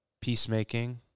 peacemaking